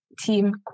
Team